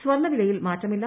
സ്വർണ വിലയിൽ മാറ്റമില്ല